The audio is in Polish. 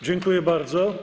Dziękuję bardzo.